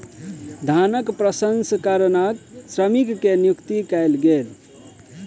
धानक प्रसंस्करणक श्रमिक के नियुक्ति कयल गेल